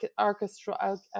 orchestral